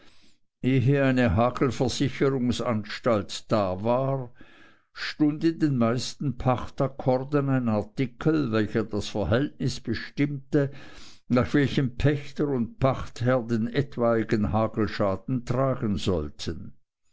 eine hagelversicherungsanstalt da war stund in den meisten pachtakkorden ein artikel welcher das verhältnis bestimmte nach welchem pächter und pachtherr den etwaigen hagelschaden tragen sollten